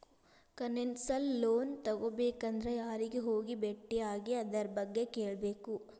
Concessional loan ತಗೊಬೇಕಂದ್ರ ಯಾರಿಗೆ ಹೋಗಿ ಬೆಟ್ಟಿಯಾಗಿ ಅದರ್ಬಗ್ಗೆ ಕೇಳ್ಬೇಕು?